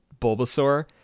Bulbasaur